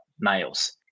males